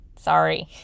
Sorry